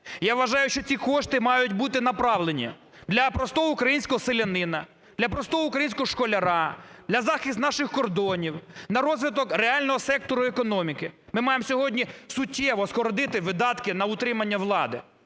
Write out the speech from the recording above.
я вважаю, що ці кошти мають бути направлені для просто українського селянина, для простого українського школяра, для захисту наших кордонів, на розвиток реального сектору економіки. Ми маємо сьогодні суттєво скоротити видатки на утримання влади.